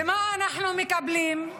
ומה אנחנו מקבלים?